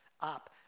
up